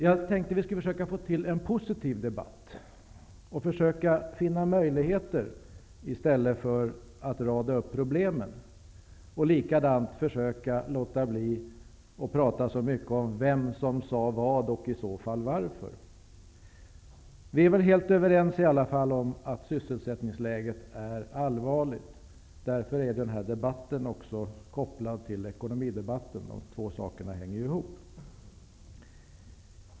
Jag tänkte att vi skulle försöka få till en positiv debatt och försöka finna möjligheter i stället för att rada upp problemen. Likadant tänkte jag försöka låta bli att tala så mycket om vem som sade vad och i så fall varför. Vi är väl helt överens om att sysselsättningsläget är allvarligt. Därför är denna debatt kopplad till ekonomidebatten. De två sakerna hänger ihop.